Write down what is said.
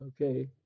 okay